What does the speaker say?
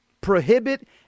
prohibit